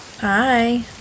Hi